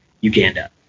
Uganda